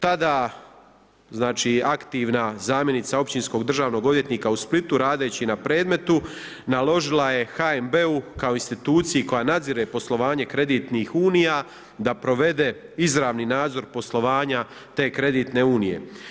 Tada aktivna zamjenica općinskog državnog odvjetnika u Splitu radeći na predmetu naložila je HNB-u kao instituciji koja nadzire poslovanje kreditnih unija da provede izravni nadzor poslovanja te kreditne unije.